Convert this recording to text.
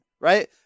Right